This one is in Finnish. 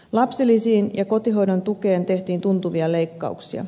lapsilisiin ja kotihoidon tukeen tehtiin tuntuvia leikkauksia